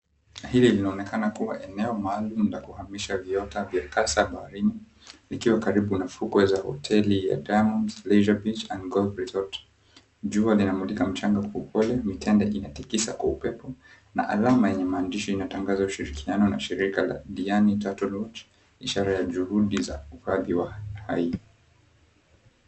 Hili linaonekana kuwa eneo maalum la kuhamisha viota vya kasa baharini likiwa karibu na fukwe za hoteli ya, Diamonds Leisure Beach and Golf Resort. Jua linamulika mchanga kuupele, mitende inatikisa kwa upepo na alama yenye maandishi inatangaza ushirikiano na shirika la Diani Turtle Watch, ishara ya juhudi za uhifadhi wa hai.